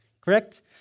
Correct